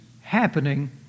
happening